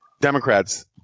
democrats